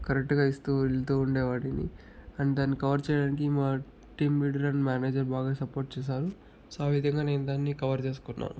కరెక్టుగా ఇస్తూ వెళ్తూ ఉండేవాడిని అండ్ దాన్ కవర్ చేయడానికి మా టీమ్ లీడర్ అండ్ మేనేజర్ బాగా సపోర్ట్ చేశారు సో ఆ విధంగా నేను దాన్ని కవర్ చేసుకున్నాను